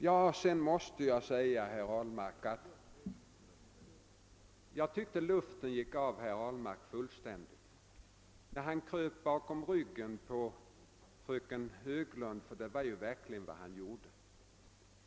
Sedan måste jag säga att jag tyckte att luften gick ur herr Ahlmark fullständigt, när han kröp bakom ryggen på fröken Höglund, ty det var vad han gjorde.